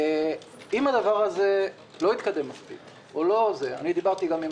אם הדבר הזה לא יתקדם מספיק דיברתי גם עם